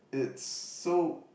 it's so